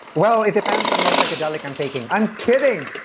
well, it depends on what psychedelic i'm taking. i'm kidding